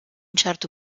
certo